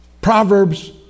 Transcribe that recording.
Proverbs